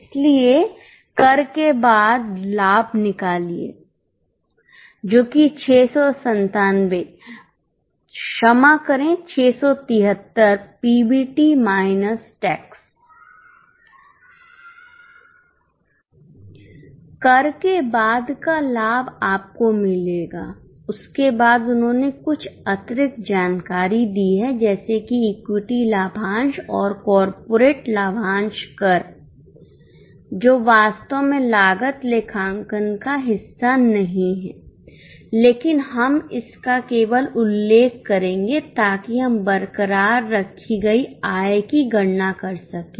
इसलिए कर के बाद लाभ निकालिए जो कि 697 क्षमा करें 673 पीबीटी माइनस टैक्स कर के बाद का लाभ आपको मिलेगा उसके बाद उन्होंने कुछ अतिरिक्त जानकारी दी हैं जैसे कि इक्विटी लाभांश और कॉर्पोरेट लाभांश कर जो वास्तव में लागत लेखांकन का हिस्सा नहीं है लेकिन हम इसका केवल उल्लेख करेंगे ताकि हम बरकरार रखी गई आय की गणना कर सकें